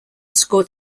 scored